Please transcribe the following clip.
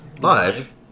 Live